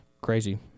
crazy